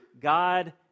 God